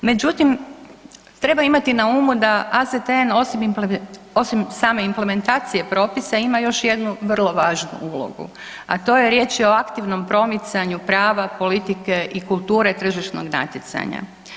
Međutim treba imati na umu da AZTN osim same implementacije propisa, ima još jednu vrlo važnu ulogu a to je riječ je o aktivnom promicanju prava, politike i kulture tržišnog natjecanja.